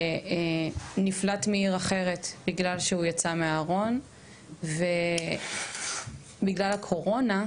שנפלט מעיר אחרת בגלל שהוא יצא מהארון ובגלל הקורונה,